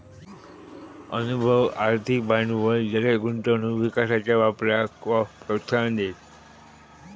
अनुभव, आर्थिक भांडवल जलद गुंतवणूक विकासाच्या वापराक प्रोत्साहन देईत